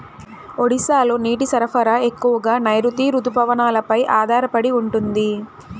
ఒడిశాలో నీటి సరఫరా ఎక్కువగా నైరుతి రుతుపవనాలపై ఆధారపడి ఉంటుంది